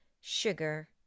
sugar